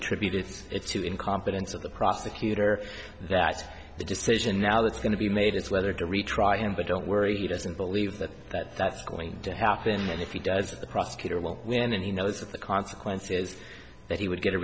attributed to incompetence of the prosecutor that the decision now that's going to be made is whether to retry him but don't worry he doesn't believe that that that's going to happen and if he does that the prosecutor will win and he knows that the consequence is that he would get a